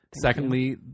Secondly